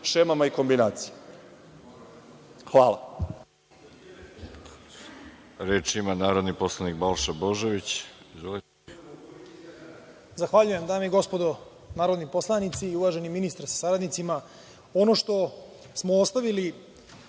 šemama i kombinaciji. Hvala.